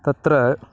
तत्र